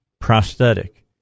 prosthetic